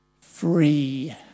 free